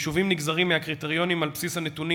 היישובים נגזרים מהקריטריונים על בסיס הנתונים